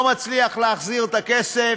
לא מצליח להחזיר את הכסף,